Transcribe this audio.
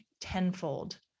tenfold